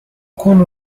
يكون